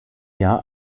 jahr